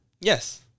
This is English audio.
yes